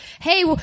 hey